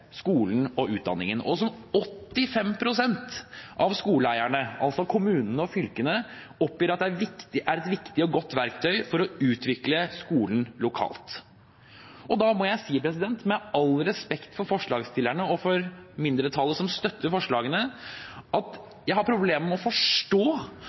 skolen og utdanningen, og som 85 pst. av skoleeierne – altså kommunene og fylkene – oppgir at er et viktig og godt verktøy for å utvikle skolen lokalt. Da må jeg si, med all respekt for forslagsstillerne og mindretallet som støtter forslagene, at jeg har problemer med å forstå